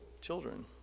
children